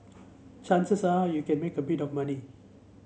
chances are you can make a bit of money